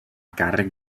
càrrec